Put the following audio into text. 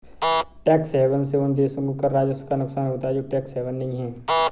tax haven से उन देशों को कर राजस्व का नुकसान होता है जो टैक्स हेवन नहीं हैं